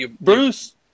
Bruce